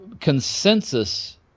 consensus